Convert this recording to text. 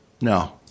No